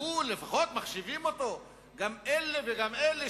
שלפחות מחשיבים אותו גם אלה וגם אלה,